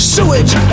Sewage